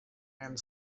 and